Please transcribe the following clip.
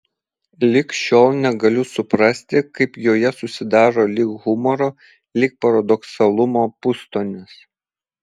lig šiol negaliu suprasti kaip joje susidaro lyg humoro lyg paradoksalumo pustonis